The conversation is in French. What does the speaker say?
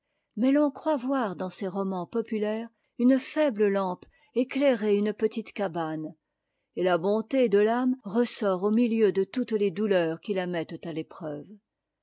l'on croit voir dans ces romans populaires une faible lampe éclairer une petite cabane et la bonté de t'âme ressort au milieu de toutes les douleurs qui la mettent à l'épreuve